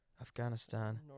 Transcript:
Afghanistan